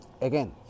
again